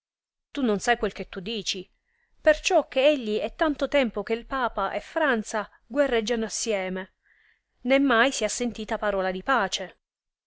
tu non sai quel che tu ti dici perciò che egli è tanto tempo che papa e pranza guerreggiano insieme né mai si ha sentita parola di pace